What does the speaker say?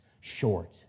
short